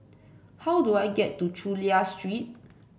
how do I get to Chulia Street